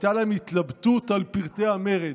הייתה להם התלבטות על פרטי המרד,